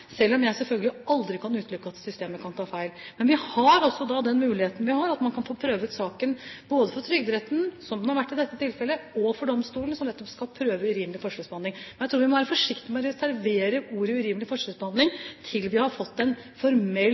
kan ta feil. Men vi har også da den muligheten vi har, at man kan få prøvd saken både for Trygderetten, som den har vært i dette tilfellet, og for domstolen, som nettopp skal prøve urimelig forskjellsbehandling. Men jeg tror vi må være forsiktige og reservere uttrykket «urimelig forskjellsbehandling» til vi har fått en